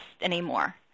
anymore